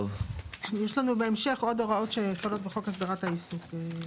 יש לנו בהמשך עוד הוראות שמופיעות בחוק הסדרת העיסוק.